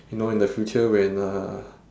you know in the future when uh